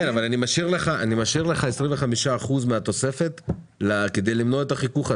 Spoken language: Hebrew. ואתה באותה דעה, אתה לא בדעה אחרת, רק אתה